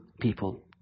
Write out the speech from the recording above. people